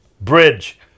Bridge